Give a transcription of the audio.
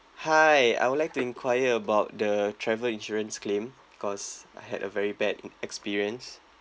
hi I would like to inquire about the travel insurance claim cause I had a very bad experience